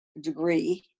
degree